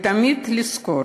תמיד לזכור